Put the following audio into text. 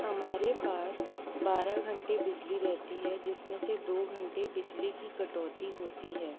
हमारे पास बारह घंटे बिजली रहती है जिसमें से दो घंटे बिजली की कटौती होती है